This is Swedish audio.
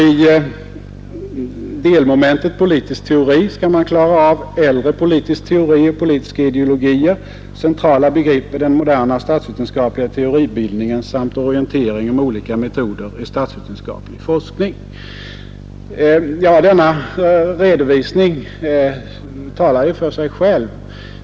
I delmomentet politisk teori skall man klara av äldre politisk teori och politiska ideologier, centrala begrepp i den modema statsvetenskapliga teoribildningen samt orientering om Denna redovisning talar för sig själv.